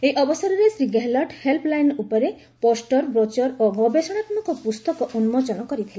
ଏହି ଅବସରରେ ଶ୍ରୀ ଗେହଲଟ ହେଲ୍ସଲାଇନ୍ ଉପରେ ପୋଷ୍ଟର ବ୍ରୋଚର୍ ଓ ଗବେଷଣାତ୍ମକ ପୁସ୍ତକ ଉନ୍ମୋଚନ କରିଥିଲେ